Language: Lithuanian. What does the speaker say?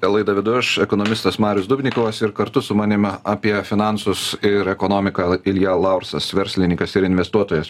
laidą vedu aš ekonomistas marius dubnikovas ir kartu su manim apie finansus ir ekonomiką l ilja laursas verslininkas ir investuotojas